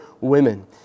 women